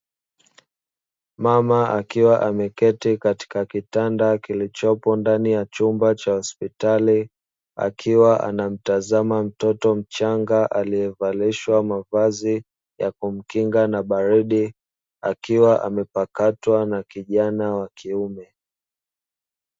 Mama akiwa ameketi katika kitanda kilichopo ndani ya chumba cha hospitali, akiwa anamtazama mtoto mchanga aliyevalishwa mavazi ya kumkinga na baridi, akiwa amepakatwa na kijana wa kiume.